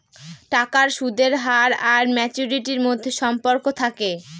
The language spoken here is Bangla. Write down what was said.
টাকার সুদের হার আর ম্যাচুরিটির মধ্যে সম্পর্ক থাকে